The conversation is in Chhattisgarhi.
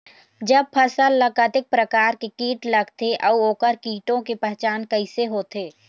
जब फसल ला कतेक प्रकार के कीट लगथे अऊ ओकर कीटों के पहचान कैसे होथे?